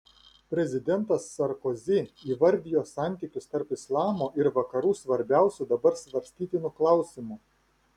prezidentas sarkozi įvardijo santykius tarp islamo ir vakarų svarbiausiu dabar svarstytinu klausimu